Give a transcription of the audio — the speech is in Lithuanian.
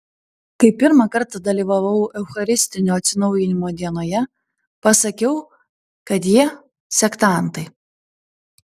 kai pirmą kartą dalyvavau eucharistinio atsinaujinimo dienoje pasakiau kad jie sektantai